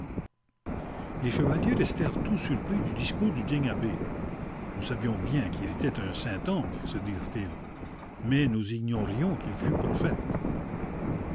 les chevaliers restèrent tout surpris du discours du digne abbé nous savions bien qu'il était un saint homme se dirent-ils mais nous ignorions qu'il fut prophète